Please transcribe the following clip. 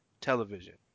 television